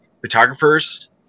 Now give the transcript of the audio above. photographers